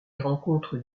rencontre